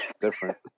different